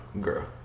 Girl